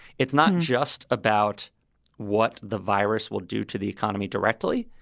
it's not just about what the virus will do to the economy directly.